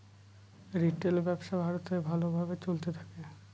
retail ব্যবসা ভারতে ভালো ভাবে চলতে থাকে